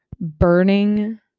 burning